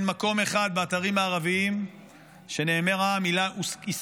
שאין מקום אחד באתרים הערביים שבו נאמרה המילה "עסקה".